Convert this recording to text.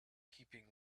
keeping